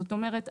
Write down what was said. זאת אומרת,